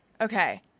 okay